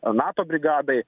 nato brigadai